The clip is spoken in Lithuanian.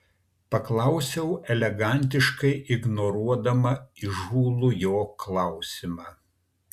paklausiau elegantiškai ignoruodama įžūlų jo klausimą